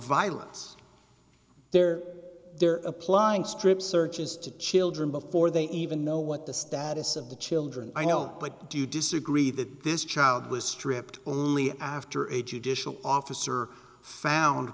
violence they're there applying strip searches to children before they even know what the status of the children i know but do you disagree that this child was stripped only after a judicial officer found